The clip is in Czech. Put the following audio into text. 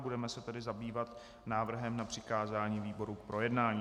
Budeme se tedy zabývat návrhem na přikázání výborům k projednání.